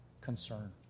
concern